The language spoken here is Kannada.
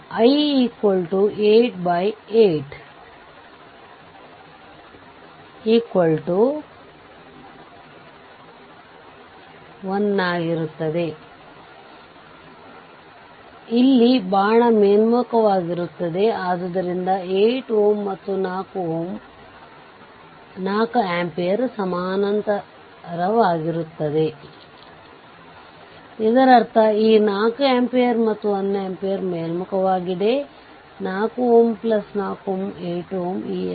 ಆದ್ದರಿಂದ VThevenin ಇಲ್ಲಿ ಏನೇ ಇರಲಿ VThevenin ಇಲ್ಲಿ ಒಂದೇ ಆಗಿರುತ್ತದೆ ಯಾವುದೇ ವಿದ್ಯುತ್ ಸಾಧನಗಳು ಅಥವಾ ಅಂಶವನ್ನು ಇಲ್ಲಿ ಸಂಪರ್ಕಿಸಲಾಗಿಲ್ಲ